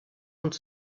und